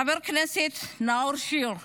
חבר הכנסת נאור שיר -- שירי.